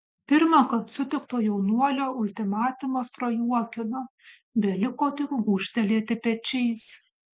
pirmąkart sutikto jaunuolio ultimatumas prajuokino beliko tik gūžtelėti pečiais